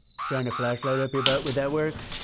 shine a flashlight up your butt. would that work?